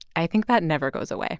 i think that never goes away